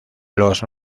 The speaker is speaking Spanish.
los